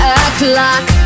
o'clock